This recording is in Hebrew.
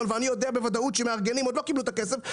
₪ ואני יודע בוודאות שהמארגנים עוד לא קיבלו את הכסף,